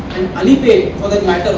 alipay, for that matter,